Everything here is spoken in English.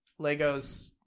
Legos